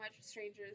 strangers